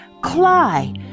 cly